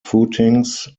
footings